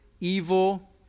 evil